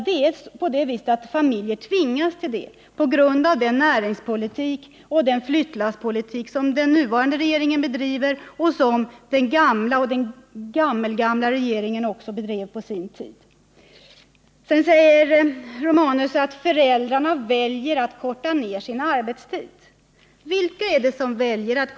Det är ju så att familjerna tvingas till det på grund av den näringspolitik och den flyttlasspolitik som bedrivs av den nuvarande regeringen och som har bedrivits också av de båda föregående regeringarna. Gabriel Romanus sade också att föräldrarna väljer att korta ner sin arbetstid. Vilka är det som väljer det?